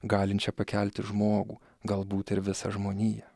galinčią pakelti žmogų galbūt ir visą žmoniją